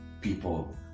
people